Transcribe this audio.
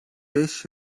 beş